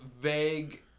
vague